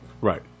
Right